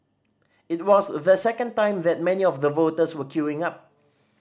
it was the second time that many of the voters were queuing up